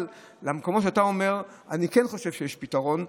אבל למקומות שאתה אומר: אני כן חושב שיש פתרון,